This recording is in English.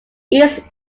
east